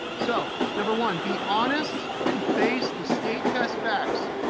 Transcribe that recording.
so number one, be honest and face the state test facts.